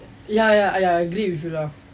ya ya ya I agree with you lah